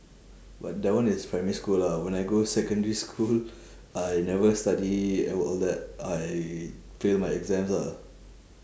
but that one is primary school lah when I go secondary school I never study and all that I fail my exams ah